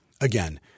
Again